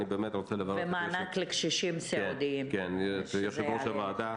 אני באמת רוצה לברך את יושב-ראש הוועדה